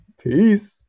Peace